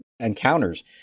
encounters